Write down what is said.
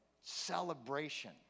celebration